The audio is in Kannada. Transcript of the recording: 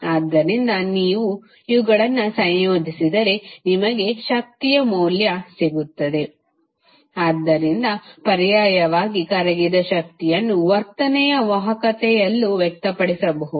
ಆದ್ದರಿಂದ ನೀವು ಇವುಗಳನ್ನು ಸಂಯೋಜಿಸಿದರೆ ನಿಮಗೆ ಶಕ್ತಿಯ ಮೌಲ್ಯ ಸಿಗುತ್ತದೆ pvii2Rv2R ಆದ್ದರಿಂದ ಪರ್ಯಾಯವಾಗಿ ಕರಗಿದ ಶಕ್ತಿಯನ್ನು ವರ್ತನೆಯ ವಾಹಕತೆಯಲ್ಲೂ ವ್ಯಕ್ತಪಡಿಸಬಹುದು